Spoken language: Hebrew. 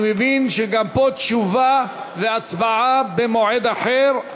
אני מבין שגם פה תשובה והצבעה במועד אחר.